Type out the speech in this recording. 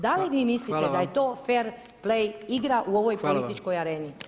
Da li vi mislite da je to fair play igra u ovoj političkoj areni?